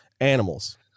animals